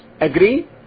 Agree